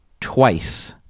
twice